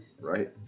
Right